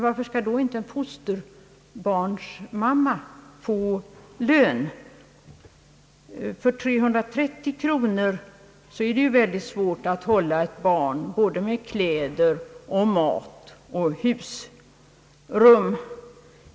Varför skall då inte en fosterbarnsmamma få det? För 330 kronor i månaden är det ju väldigt svårt att hålla ett barn med både kläder, mat och husrum.